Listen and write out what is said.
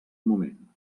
moment